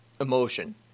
emotion